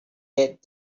that